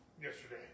yesterday